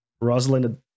rosalind